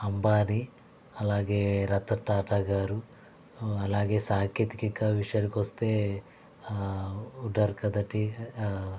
అంబానీ అలాగే రతన్ టాటా గారు అలాగే సాంకేతికిక విషయానికి వస్తే ఉన్నారు కదండీ